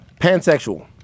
Pansexual